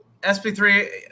SP3